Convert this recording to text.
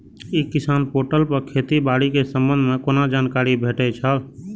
ई किसान पोर्टल पर खेती बाड़ी के संबंध में कोना जानकारी भेटय छल?